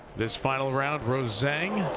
this final round, rose zhang.